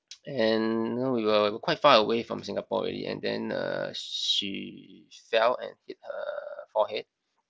and you know we were quite far away from Singapore already and then uh she fell and hit her forehead